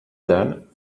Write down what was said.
then